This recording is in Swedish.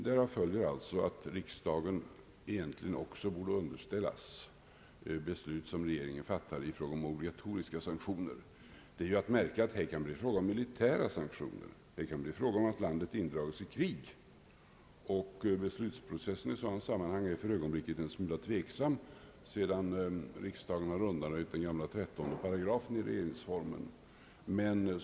Därav följer alltså att riksdagen egentligen också borde underställas beslut som regeringen fattar i fråga om obligatoriska sanktioner. Det är att märka att det här kan bli fråga om militära sanktioner. Landet kan indragas i krig, och beslutsprocessen i sådana sammanhang är för ögonblicket en smula tveksam sedan regering och riksdag undanröjt den gamla 13 § i regeringsformen.